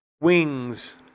Wings